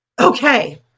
Okay